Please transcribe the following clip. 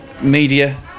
media